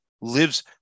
lives